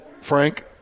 Frank